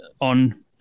on